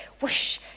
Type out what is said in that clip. Whoosh